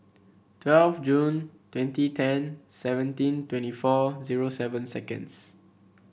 twelve June twenty ten seventeen twenty four zero seven seconds